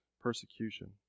persecution